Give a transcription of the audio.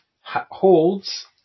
holds